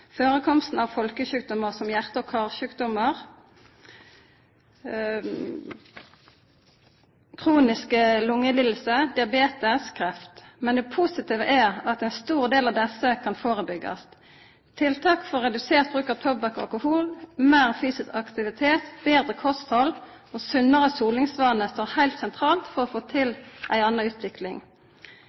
førekomsten av folkesjukdomar som hjarte- og karsjukdomar, kroniske lungelidingar, diabetes og kreft. Men det positive er at ein stor del av desse kan førebyggjast. Tiltak for redusert bruk av tobakk og alkohol, meir fysisk aktivitet, betre kosthald og sunnare solingsvanar står heilt sentralt for å få til ei anna utvikling.